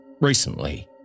recently